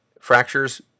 fractures